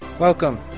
Welcome